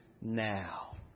now